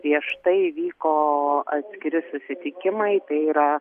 prieš tai vyko atskiri susitikimai tai yra